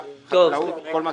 לכולם.